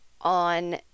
on